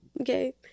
okay